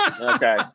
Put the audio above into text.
Okay